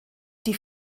die